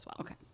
Okay